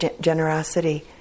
generosity